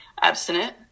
abstinent